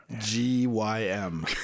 G-Y-M